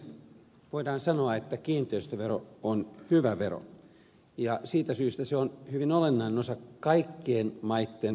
voidaan sanoa että kiinteistövero on hyvä vero ja siitä syystä se on hyvin olennainen osa kaikkien maitten verojärjestelmää